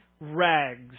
rags